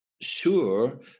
sure